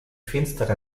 finsterer